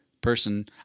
person